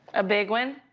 a big one.